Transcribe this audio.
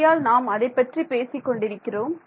ஆகையால் நாம் அதை பற்றி பேசிக் கொண்டிருக்கிறோம்